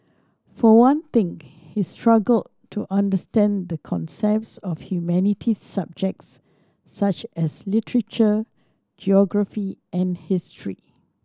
for one thing he struggled to understand the concepts of humanities subjects such as literature geography and history